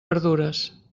verdures